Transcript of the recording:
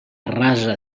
rasa